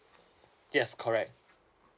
yes correct